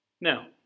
Now